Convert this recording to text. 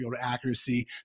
accuracy